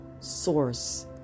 source